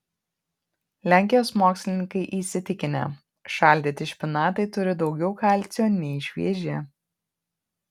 lenkijos mokslininkai įsitikinę šaldyti špinatai turi daugiau kalcio nei švieži